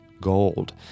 gold